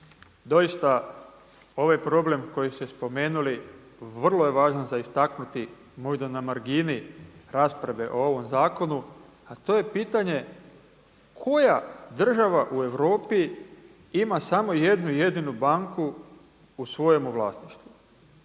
doista ovaj problem koji ste spomenuli vrlo je važan za istaknuti možda na margini rasprave o ovom zakonu, a to je pitanje koja država u Europi ima samo jednu jedinu banku u svojemu vlasništvu.